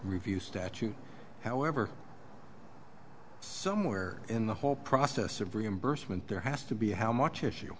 review statute however somewhere in the whole process of reimbursement there has to be how much issue